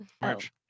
march